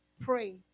pray